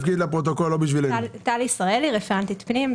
הצבעה אושרו הפניות אושרו פה אחד.